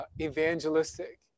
evangelistic